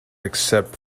except